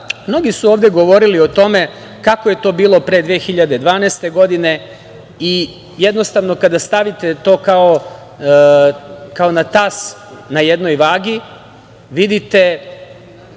mnogi su ovde govorili o tome, kako je to bilo pre 2012. godine i jednostavno, kada stavite to kao na tas na jednoj vagi, vidite